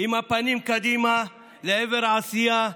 עם הפנים קדימה לעבר העשייה,